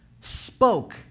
spoke